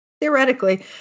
theoretically